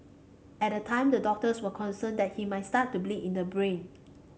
at the time the doctors were concerned that he might start to bleed in the brain